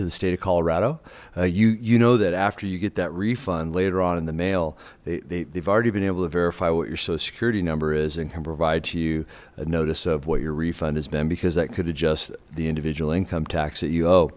to the state of colorado you you know that after you get that refund later on in the mail they've already been able to verify what your social security number is and can provide to you a notice of what your refund has been because that could adjust the individual income tax that you o